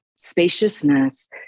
spaciousness